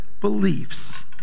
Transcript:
beliefs